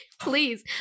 Please